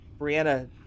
Brianna